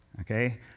Okay